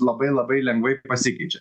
labai labai lengvai pasikeičia